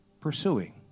pursuing